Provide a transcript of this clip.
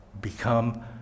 become